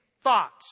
thoughts